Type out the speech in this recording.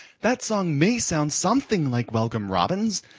that song may sound something like welcome robin's,